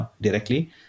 directly